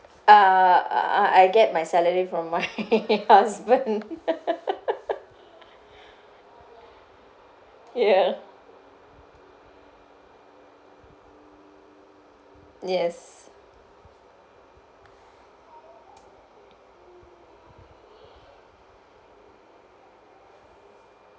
uh uh I get my salary from my husband ya yes